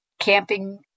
camping